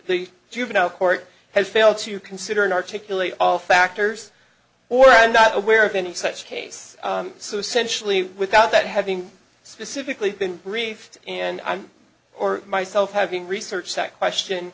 the juvenile court has failed to consider and articulate all factors or i'm not aware of any such case so essentially without that having specifically been briefed and i'm or myself having researched that question